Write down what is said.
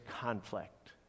conflict